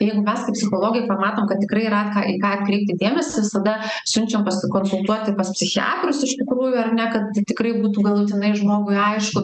jeigu mes kaip psichologai pamatom kad tikrai yra ką į ką atkreipti dėmesį visada siunčiam pasikonsultuoti pas psichiatrus iš tikrųjų ar ne kad tikrai būtų galutinai žmogui aišku